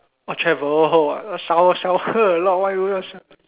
oh travel I heard shower shower I thought why you want show~